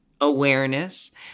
awareness